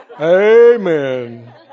Amen